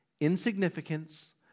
insignificance